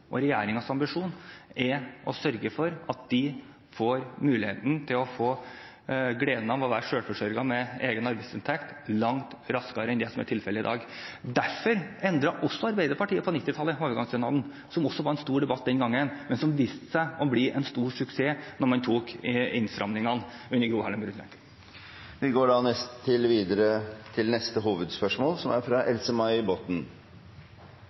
er å sørge for at de får muligheten til å få gleden av å være selvforsørget med egen arbeidsinntekt langt raskere enn det som er tilfellet i dag. Derfor endret Arbeiderpartiet på 1990-tallet overgangsstønaden, som også var en stor debatt den gangen, men som har vist seg å bli en stor suksess da man tok innstramningene under Gro Harlem Brundtlands tid. Vi går da videre til neste hovedspørsmål.